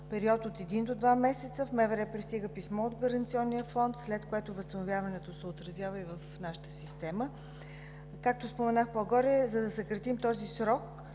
период от един до два месеца. В МВР пристига писмо от Гаранционния фонд, след което възстановяването се отразява и в нашата система. Както споменах по-горе, за да съкратим този срок,